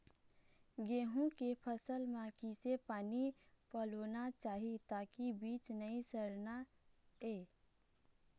गेहूं के फसल म किसे पानी पलोना चाही ताकि बीज नई सड़ना ये?